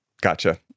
Gotcha